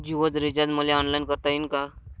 जीओच रिचार्ज मले ऑनलाईन करता येईन का?